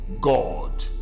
God